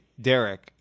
Derek